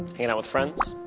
hanging out with friends?